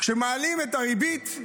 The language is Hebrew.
כשמעלים את הריבית,